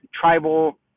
tribal